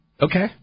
Okay